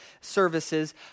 services